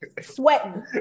sweating